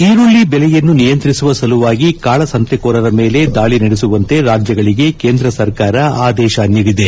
ಈರುಳ್ಳಿ ಬೆಲೆಯನ್ನು ನಿಯಂತ್ರಿಸುವ ಸಲುವಾಗಿ ಕಾಳಸಂತೆಕೋರರ ಮೇಲೆ ದಾಳಿ ನಡೆಸುವಂತೆ ರಾಜ್ಯಗಳಿಗೆ ಕೇಂದ್ರ ಸರ್ಕಾರ ಆದೇಶ ನೀಡಿದೆ